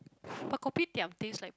but kopitiam taste like